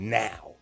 now